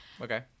Okay